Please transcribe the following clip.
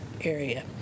area